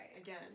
Again